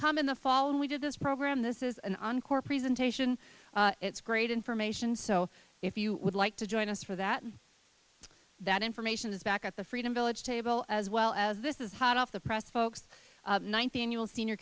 come in the fall when we did this program this is an encore presentation it's great information so if you would like to join us for that that information is back at the freedom village table as well as this is hot off the press folks one thing you will see in your